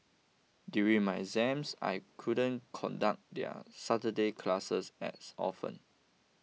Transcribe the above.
during my exams I couldn't conduct their Saturday classes as often